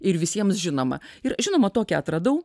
ir visiems žinoma ir žinoma tokią atradau